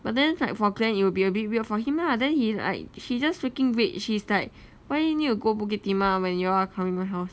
but then like for glen it will be a bit weird for him lah then he like he just freaking rage he's like why need to go bukit timah when you all are coming my house